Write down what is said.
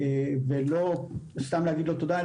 ולא סתם להגיד לו תודה,